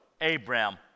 Abraham